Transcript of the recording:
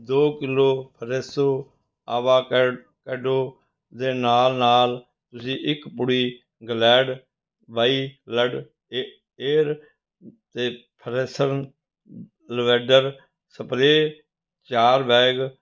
ਦੋ kilo fresh avocado ਦੇ ਨਾਲ਼ ਨਾਲ਼ ਤੁਸੀਂ ਇੱਕ ਪੁੜੀ ਗਲੇਡ ਵਾਈਲਡ ਏਅਰ ਤੇ ਫਰੈਸ਼ਨ ਲਵੈਂਡਰ ਸਪਰੇਅ ਚਾਰ ਬੈਗ